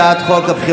לא שנייה.